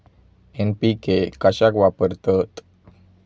NPK कशाक वापरतत?